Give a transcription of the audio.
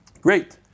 Great